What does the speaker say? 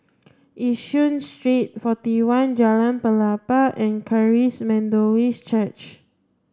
Yishun Street forty one Jalan Pelepah and Charis Methodist Church